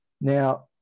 now